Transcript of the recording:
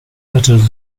little